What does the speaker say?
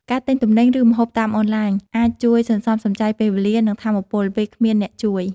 ការទិញទំនិញ ឬម្ហូបតាមអានឡាញអាចជួយសន្សំសំចៃពេលវេលា និងថាមពល ពេលគ្មានអ្នកជួយ។